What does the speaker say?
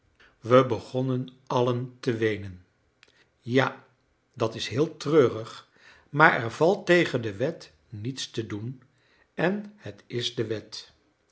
wij begonnen allen te weenen ja dat is heel treurig maar er valt tegen de wet niets te doen en het is de wet